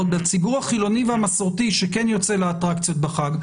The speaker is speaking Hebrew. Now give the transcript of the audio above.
אבל הציבור החילוני והמסורתי שכן יוצא לאטרקציות בחג,